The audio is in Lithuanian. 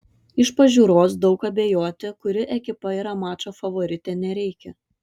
iš pažiūros daug abejoti kuri ekipa yra mačo favoritė nereikia